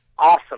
awesome